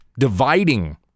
Dividing